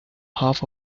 half